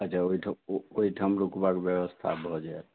अच्छा ओहिठाम ओहिठाम रूकबाके वयस्था भऽ जायत